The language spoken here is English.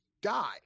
die